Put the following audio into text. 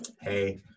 Hey